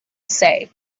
say